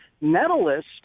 medalist